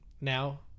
now